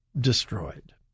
destroyed